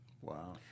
Wow